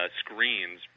screens